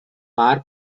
part